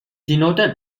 denoted